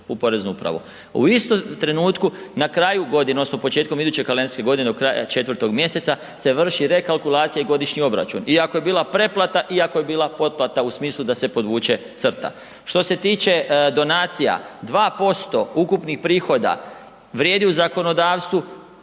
U istom trenutku na kraju godine odnosno početkom iduće kalendarske godine do kraja 4. mjeseca se vrši rekalkulacija i godišnji obračun i ako je bila pretplata i ako je bila potplata u smislu da se podvuče crta. Što se tiče donacija, 2% ukupnih prihoda vrijedi u zakonodavstvu